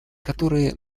которые